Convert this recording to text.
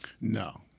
No